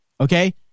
Okay